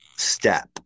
step